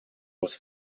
was